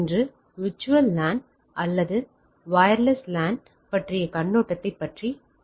இன்று WLAN அல்லது wireless LAN பற்றிய கண்ணோட்டத்தைப் பற்றி விவாதிக்கும்